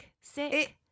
sick